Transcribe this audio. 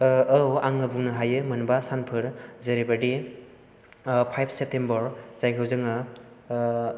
औ आं बुंनो हायो मोनबा सानफोर जेरैबायदि फाइभ सेप्तेम्बर जायखौ जोङो